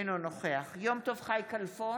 אינו נוכח יום טוב חי כלפון,